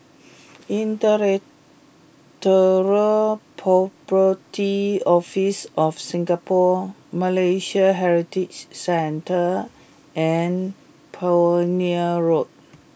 Intellectual Property Office of Singapore Malay Heritage Centre and Pioneer Road